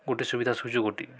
ଗୋଟେ ସୁବିଧା ସୁଯୋଗ